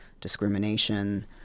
discrimination